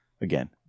again